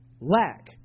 lack